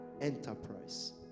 Enterprise